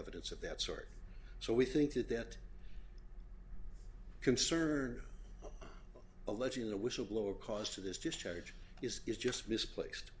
evidence of that sort so we think that that concern alleging the whistleblower caused to this just charge is is just misplaced